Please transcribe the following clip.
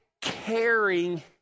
caring